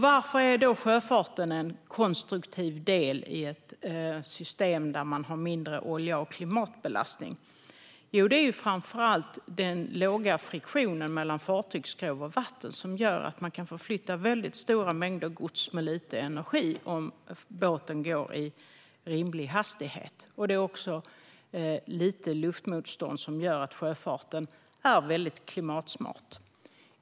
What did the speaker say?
Varför är sjöfarten en konstruktiv del i ett system där man har mindre olja och klimatbelastning? Jo, det beror framför allt på den låga friktionen mellan fartygsskrov och vatten som gör att man kan förflytta väldigt stora mängder gods med lite energi om båten går i rimlig hastighet. Dessutom är luftmotståndet litet, vilket gör att sjöfarten är mycket klimatsmart.